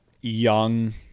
young